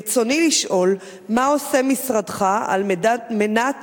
ברצוני לשאול מה עושה משרדך על מנת